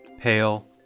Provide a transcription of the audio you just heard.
pale